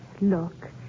Look